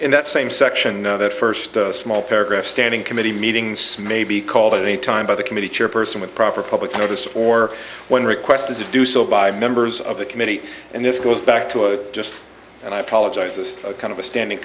in that same section that first small paragraph standing committee meeting smain be called a time by the committee chairperson with proper public notice or when requested to do so by members of the committee and this goes back to a just and i apologize this is a kind of a standing